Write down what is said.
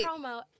promo